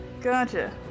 Gotcha